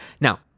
Now